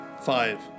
Five